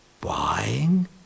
buying